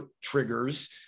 triggers